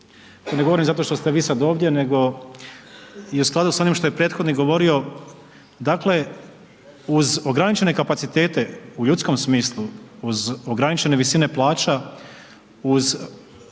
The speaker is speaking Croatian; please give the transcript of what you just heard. ne govorim zato što ste vi sad ovdje nego je u skladu s onim što je prethodnik govorio, dakle uz ograničene kapacitete u ljudskom smislu, uz ograničene visine plaća, uz